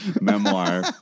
memoir